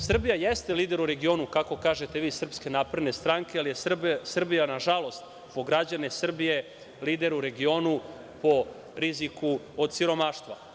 Srbija jeste lider u regionu, kako kažete vi iz SNS, ali je Srbija nažalost, po građane Srbije, lider u regionu po riziku od siromaštva.